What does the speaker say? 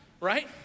right